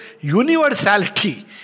universality